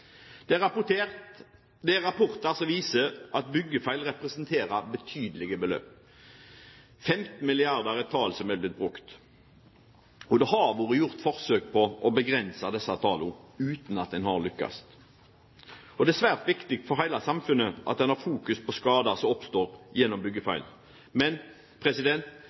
ikke holder mål. Det er rapporter som viser at byggefeil representerer betydelige beløp – 15 mrd. kr er tall som er blitt brukt. Det har vært gjort forsøk på å begrense disse tallene uten at en har lyktes. Det er svært viktig for hele samfunnet at en fokuserer på skader som oppstår gjennom byggefeil. Men